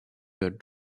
your